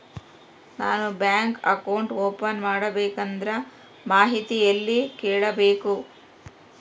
ನಾನು bank account open ಮಾಡಬೇಕಂದ್ರ ಮಾಹಿತಿ ಎಲ್ಲಿ ಕೇಳಬೇಕು?